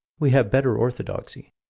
we have better orthodoxy.